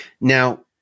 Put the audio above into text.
Now